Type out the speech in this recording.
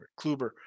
Kluber